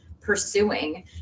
pursuing